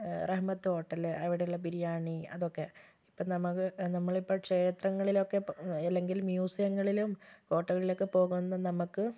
റഹ്മത്ത് hotel അവിടെയുള്ള ബിരിയാണി അതൊക്കെ അപ്പോൾ നമുക്ക് നമ്മളിപ്പോൾ ക്ഷേത്രങ്ങളിലൊക്കെ അല്ലെങ്കിൽ മ്യൂസിയങ്ങളിലും ഹോട്ടലുകളിലൊക്കെ പോകുന്ന നമുക്ക്